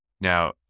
Now